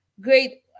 great